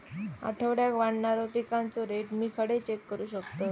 आठवड्याक वाढणारो पिकांचो रेट मी खडे चेक करू शकतय?